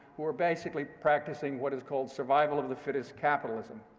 who are basically practicing what is called survival of the fittest capitalism.